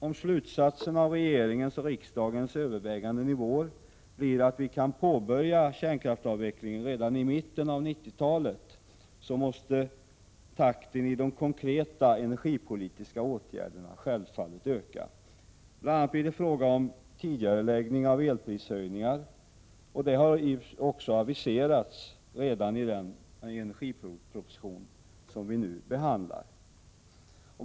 Om slutsatsen av regeringens och riksdagens överväganden i vår blir att vi kan påbörja kärnkraftsavvecklingen redan i mitten av 1990-talet, måste takten i de konkreta energipolitiska åtgärderna självfallet öka. Bl. a. blir det fråga om en tidigareläggning av elprishöjningarna. Det har också aviserats redan i den energiproposition som vi nu behandlar.